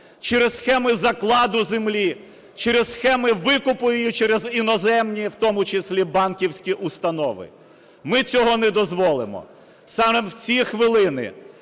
через схеми закладу землю, через схеми викупу її через іноземні в тому числі банківські установи. Ми цього не дозволимо. Саме в ці хвилини